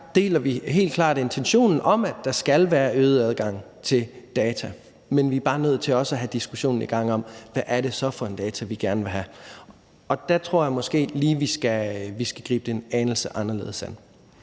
sagt deler vi helt klart intentionen om, at der skal være øget adgang til data, men vi er bare nødt til også at have diskussionen i gang om, hvad det så er for en slags data, vi gerne vil have. Og der tror jeg måske lige, vi skal gribe det en anelse anderledes an.